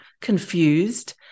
confused